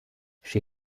she